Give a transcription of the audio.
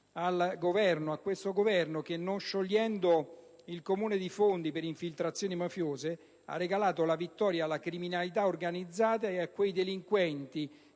condanna a questo Governo che, non sciogliendo il Comune di Fondi per infiltrazioni mafiose, ha regalato la vittoria alla criminalità organizzata e a quei delinquenti